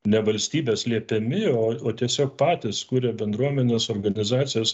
ne valstybės liepiami o o tiesiog patys kūrė bendruomenes organizacijas